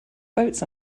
boats